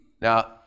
Now